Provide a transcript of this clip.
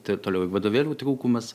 ta toliau ir vadovėlių trūkumas